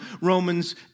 Romans